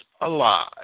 alive